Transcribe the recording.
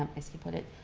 um as he put it.